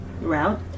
Route